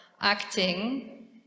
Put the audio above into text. acting